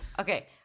Okay